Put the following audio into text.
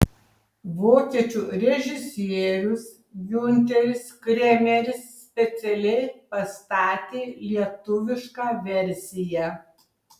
vokiečių režisierius giunteris kremeris specialiai pastatė lietuvišką versiją